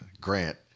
Grant